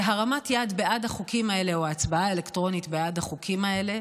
שהרמת יד בעד החוקים האלה או הצבעה אלקטרונית בעד החוקים האלה